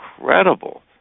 incredible